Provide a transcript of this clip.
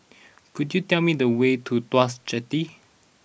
could you tell me the way to Tuas Jetty